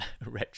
retro